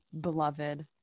beloved